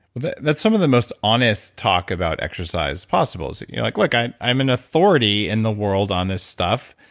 well, that's some of the most honest talk about exercise possible is you know like, look, like i, i'm an authority in the world on this stuff.